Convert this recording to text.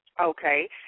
Okay